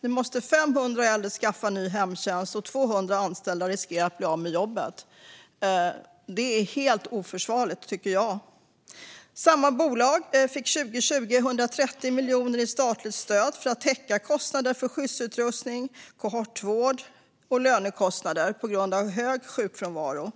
Nu måste 500 äldre skaffa ny hemtjänst, och 200 anställda riskerar att bli av med jobbet. Det är helt oförsvarligt, tycker jag. År 2020 fick samma bolag 130 miljoner i statligt stöd för att täcka kostnader för skyddsutrustning, kohortvård och lönekostnader på grund av hög sjukfrånvaro.